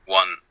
one